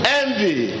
envy